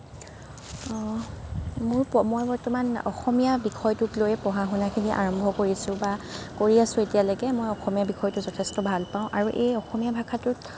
মোৰ মই বৰ্তমান অসমীয়া বিষয়টোক লৈ পঢ়া শুনাখিনি আৰম্ভ কৰিছোঁ বা কৰি আছোঁ এতিয়ালৈকে মই অসমীয়া বিষয়টো যথেষ্ট ভাল পাওঁ আৰু এই অসমীয়া ভাষাটোক